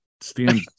stand